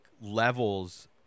levels